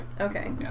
Okay